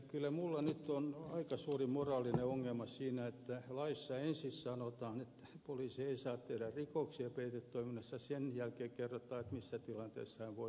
kyllä minulla nyt on aika suuri moraalinen ongelma siinä että laissa ensin sanotaan että poliisi ei saa tehdä rikoksia peitetoiminnassaan ja sen jälkeen kerrotaan missä tilanteessa hän voi tehdä rikoksia